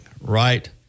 right